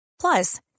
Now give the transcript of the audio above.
Plus